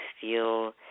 feel